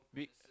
week